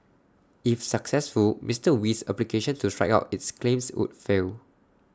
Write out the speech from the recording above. if successful Mister Wee's application to strike out its claims would fail